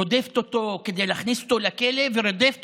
רודפת אותו כדי להכניס אותו לכלא ורודפת